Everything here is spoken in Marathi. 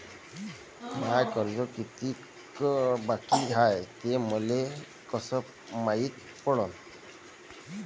माय कर्ज कितीक बाकी हाय, हे मले कस मायती पडन?